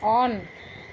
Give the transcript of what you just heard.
on